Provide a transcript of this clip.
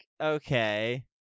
okay